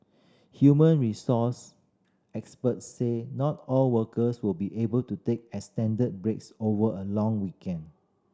human resource experts said not all workers will be able to take extended breaks over a long weekend